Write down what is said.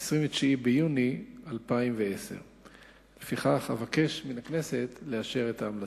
29 ביוני 2010. לפיכך אבקש מהכנסת לאשר את ההמלצה.